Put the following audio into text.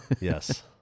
Yes